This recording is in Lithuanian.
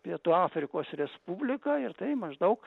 pietų afrikos respubliką ir tai maždaug